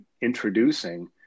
introducing